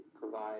provide